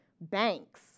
banks